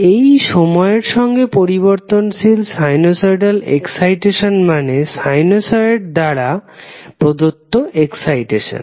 এই সময়ের সঙ্গে পরিবর্তনশীল সানুসয়ডাল এক্সাইটেশন মানে সানুসয়ড দ্বারা প্রদত্ত এক্সাইটেশন